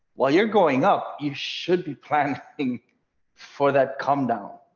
while you're going up, you should be planning for that come down,